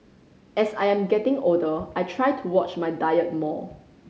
as I am getting older I try to watch my diet more